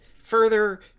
further